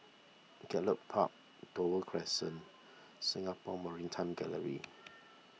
Gallop Park Dover Crescent Singapore Maritime Gallery